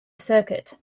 circuit